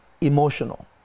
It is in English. emotional